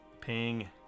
Ping